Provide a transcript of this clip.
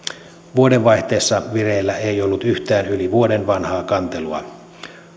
vuodenvaihteessa vireillä ei ollut yhtään yli vuoden vanhaa kantelua